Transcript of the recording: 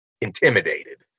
intimidated